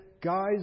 guys